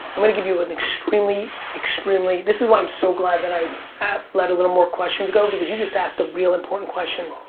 i'm gonna give you and extremely, extremely, this is why i'm so glad that i let a little more questions go, because you just asked a real important question.